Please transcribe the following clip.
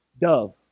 dove